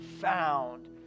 found